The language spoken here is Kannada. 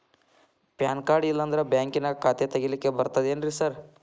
ಪಾನ್ ಕಾರ್ಡ್ ಇಲ್ಲಂದ್ರ ಬ್ಯಾಂಕಿನ್ಯಾಗ ಖಾತೆ ತೆಗೆಲಿಕ್ಕಿ ಬರ್ತಾದೇನ್ರಿ ಸಾರ್?